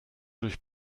durch